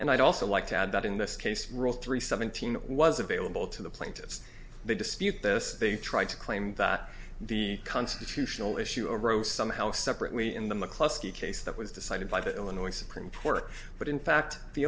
and i'd also like to add that in this case rule three seventeen was available to the plaintiffs they dispute this they tried to claim that the constitutional issue arose somehow separately in the mclusky case that was decided by the illinois supreme court but in fact the